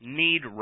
need